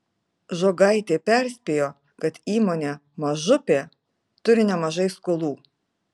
žogaitė perspėjo kad įmonė mažupė turi nemažai skolų